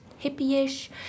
Hippie-ish